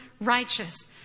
righteous